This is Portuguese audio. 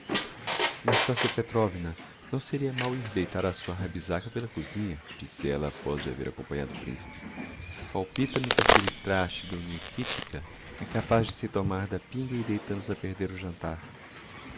nastassia petrovna não seria mau ir deitar a sua rabisáca pela cozinha disse ella apóz de haver acompanhado o principe palpita me que aquelle traste do nikitka é capaz de se tomar da pinga e deita nos a perder o jantar